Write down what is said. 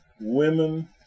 women